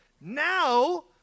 Now